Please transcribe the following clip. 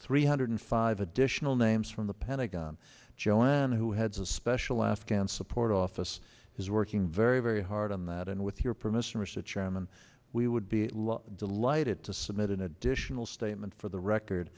three hundred five additional names from the pentagon joanne who heads a special afghan support office is working very very hard on that and with your permission mr chairman we would be delighted to submit an additional statement for the record